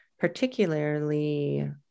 Particularly